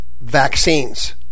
vaccines